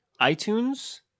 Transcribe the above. iTunes